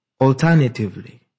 Alternatively